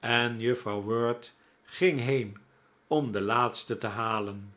en juffrouw wirt ging heen om de laatste te halen